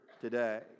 today